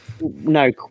no